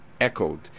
echoed